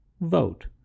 Vote